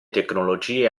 tecnologie